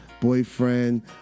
boyfriend